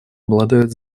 обладают